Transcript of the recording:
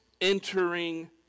entering